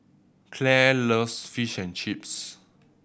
Clair loves Fish and Chips